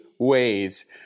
ways